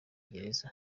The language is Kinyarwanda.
gereza